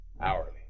hourly